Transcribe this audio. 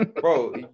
Bro